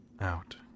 out